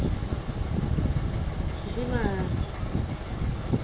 খুচরো মুদ্রা গুলোকে কয়েন বলা হয়